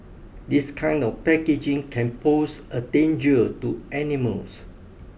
this kind of packaging can pose a danger to animals